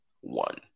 one